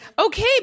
Okay